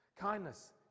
kindness